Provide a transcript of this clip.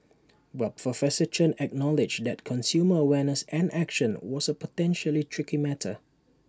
but professor Chen acknowledged that consumer awareness and action was A potentially tricky matter